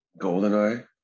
GoldenEye